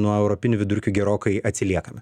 nuo europinių vidurkių gerokai atsiliekame